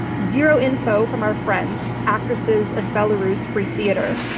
zero info from our friends, actresses of belarus free theatre.